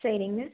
சரிங்க